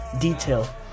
detail